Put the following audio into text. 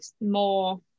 more